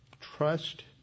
trust